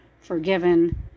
forgiven